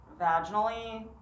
vaginally